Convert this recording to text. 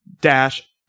dash